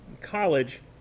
college